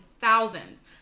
thousands